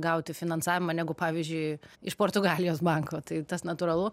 gauti finansavimą negu pavyzdžiui iš portugalijos banko tai tas natūralu